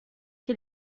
que